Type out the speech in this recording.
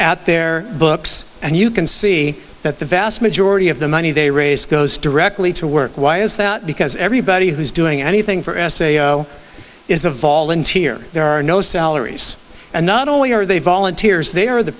at their books and you can see that the vast majority of the money they raise goes directly to work why is that because everybody who's doing anything for asio is a volunteer there are no salaries and not only are they volunteers they are the